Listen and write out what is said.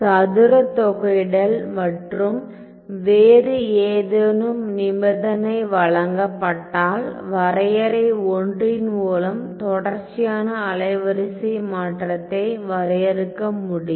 சதுர தொகையிடல் மற்றும் வேறு ஏதேனும் நிபந்தனை வழங்கப்பட்டால் வரையறை I ன் மூலம் தொடர்ச்சியான அலைவரிசை மாற்றத்தை வரையறுக்க முடியும்